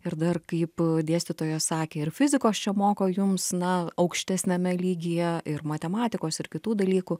ir dar kaip dėstytojas sakė ir fizikos čia moko jums na aukštesniame lygyje ir matematikos ir kitų dalykų